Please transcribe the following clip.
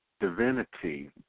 divinity